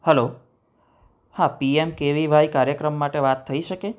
hello હા PM K V Y કાર્યક્રમ માટે વાત થઈ શકે